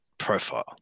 profile